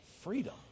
Freedom